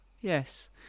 Yes